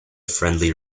friendly